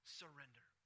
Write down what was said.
surrender